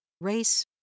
race